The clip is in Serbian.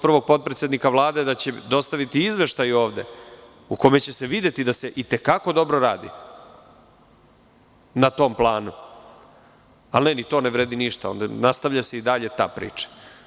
Čuli smo od prvog potpredsednika Vlade da će dostaviti izveštaj ovde u kome će se videti da se itekako dobro radi na tom planu, ali ne ni to ne vredi ništa, nastavlja se i dalje ta priča.